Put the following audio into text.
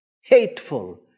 hateful